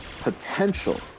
potential